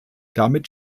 damit